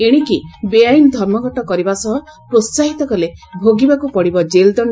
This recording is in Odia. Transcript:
ଏଶିକି ବେଆଇନ ଧର୍ମଘଟ କରିବା ସହ ପ୍ରୋସାହିତ କଲେ ଭୋଗିବାକୁ ପଡିବ ଜେଲଦଣ୍